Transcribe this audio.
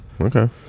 okay